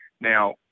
Now